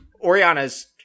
Oriana's